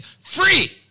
free